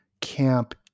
camp